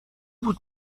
بود